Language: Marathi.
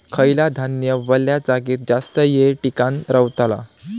खयला धान्य वल्या जागेत जास्त येळ टिकान रवतला?